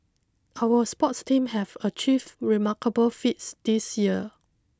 our sports team have achieved remarkable feats this year